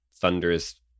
thunderous